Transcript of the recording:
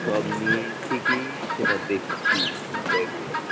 সব নিয়েছি কি সেটা দেখছি ব্যাগে